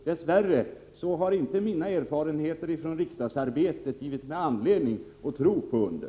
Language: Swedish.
Dess värre har inte mina erfarenheter från riksdagsarbetet givit mig anledning att tro på under.